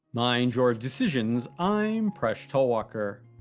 mind your decisions, i'm presh talwalkar.